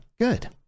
good